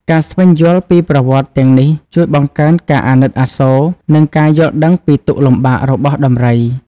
ការស្វែងយល់ពីប្រវត្តិទាំងនេះជួយបង្កើនការអាណិតអាសូរ និងការយល់ដឹងពីទុក្ខលំបាករបស់ដំរី។